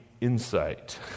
insight